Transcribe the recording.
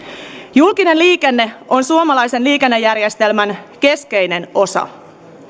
julkinen liikenne on suomalaisen liikennejärjestelmän keskeinen osa